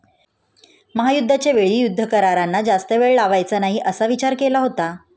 महायुद्धाच्या वेळी युद्ध करारांना जास्त वेळ लावायचा नाही असा विचार केला होता